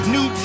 New